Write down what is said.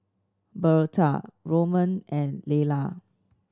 Birtha Roman and Layla